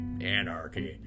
anarchy